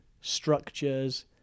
structures